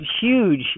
huge